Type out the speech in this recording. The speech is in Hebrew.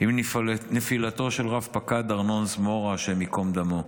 עם נפילתו של רב-פקד ארנון זמורה, השם ייקום דמו.